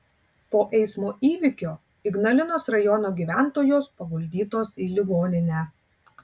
po eismo įvykio ignalinos rajono gyventojos paguldytos į ligoninę